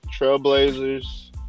Trailblazers